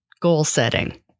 goal-setting